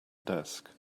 desk